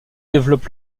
développe